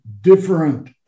different